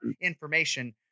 information